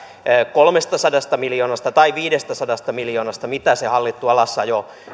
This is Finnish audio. kolmestasadasta miljoonasta tai viidestäsadasta miljoonasta mitä se hallittu alasajo